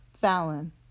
Fallon